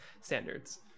standards